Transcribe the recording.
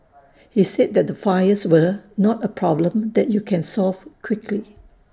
he said that the fires were not A problem that you can solve quickly